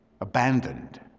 abandoned